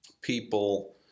people